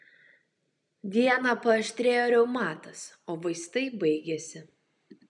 dieną paaštrėjo reumatas o vaistai baigėsi